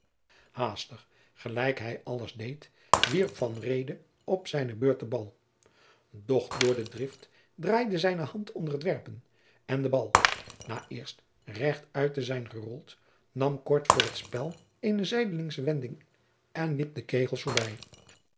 haastig gelijk hij alles deed wierp van reede op zijne beurt den bal doch door de drift draaide zijne hand onder t werpen en de bal na eerst rechtuit te zijn gerold nam kort voor t spel eene zijdelingsche wending en liep de kegels voorbij